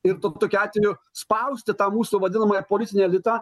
ir tokiu atveju spausti tą mūsų vadinamąjį politinį elitą